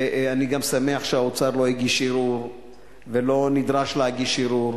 ואני גם שמח שהאוצר לא הגיש ערעור ולא נדרש להגיש ערעור,